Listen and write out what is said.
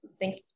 Thanks